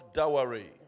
dowry